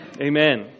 Amen